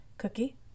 cookie